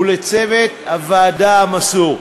ולצוות הוועדה המסור.